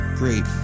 great